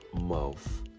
mouth